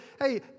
hey